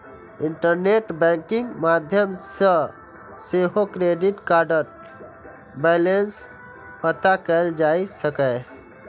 internet banking के माध्यम सं सेहो क्रेडिट कार्डक बैलेंस पता कैल जा सकैए